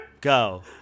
Go